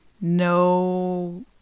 no